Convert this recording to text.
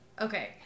Okay